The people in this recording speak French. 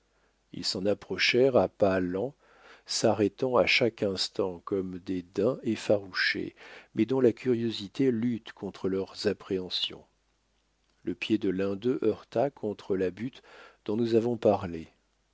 ils s'en approchèrent à pas lents s'arrêtant à chaque instant comme des daims effarouchés mais dont la curiosité lutte contre leurs appréhensions le pied de l'un d'eux heurta contre la butte dont nous avons parlé